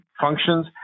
functions